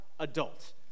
Adult